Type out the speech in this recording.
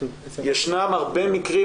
ישנם הרבה מקרים,